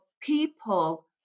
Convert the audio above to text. people